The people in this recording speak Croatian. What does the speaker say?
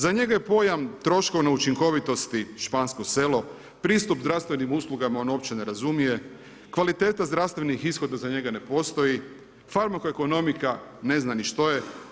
Za njega je pojam troškovne učinkovitosti „Špansko selo“, pristup zdravstvenim uslugama on uopće ne razumije, kvaliteta zdravstvenih ishoda za njega ne postoji, … ne zna ni što je.